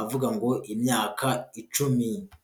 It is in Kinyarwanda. avuga ngo imyaka icumi.